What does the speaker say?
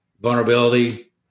vulnerability